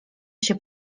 się